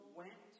went